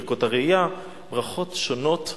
ברכות הראייה ברכות שונות.